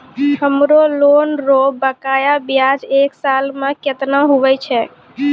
हमरो लोन रो बकाया ब्याज एक साल मे केतना हुवै छै?